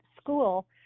school